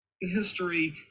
history